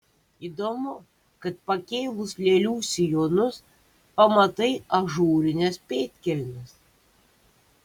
įdomu kad pakėlus lėlių sijonus pamatai ažūrines pėdkelnes